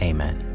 Amen